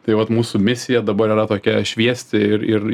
tai vat mūsų misija dabar yra tokia šviesti ir ir